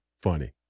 funny